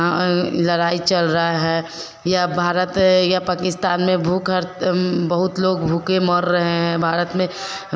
लड़ाई चल रहा है या भारत या पकिस्तान में भूख हड़ बहुत लोग भूखे मर रहे हैं भारत में